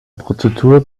prozedur